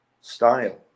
Style